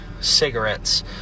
cigarettes